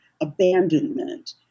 abandonment